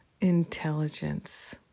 intelligence